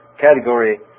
category